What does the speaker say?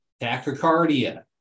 tachycardia